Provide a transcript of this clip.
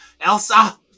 Elsa